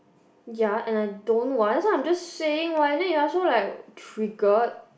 ya and I don't what then I'm just saying what then you're so like triggered